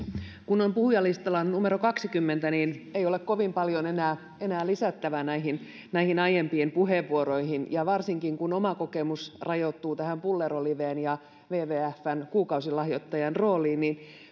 kun on puhujalistalla numero kaksikymmentä niin ei ole kovin paljon enää enää lisättävää näihin näihin aiempien puheenvuoroihin varsinkin kun oma kokemukseni rajoittuu tähän pullervo liveen ja wwfn kuukausilahjoittajan rooliin